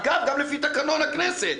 אגב, גם לפי תקנון הכנסת.